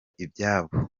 ibyabo